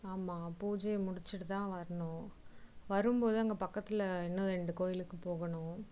ஆமாம் பூஜையை முடித்துட்டு தான் வரணும் வரும் போது அங்கே பக்கத்தில் இன்னும் ரெண்டு கோயிலுக்கு போகணும்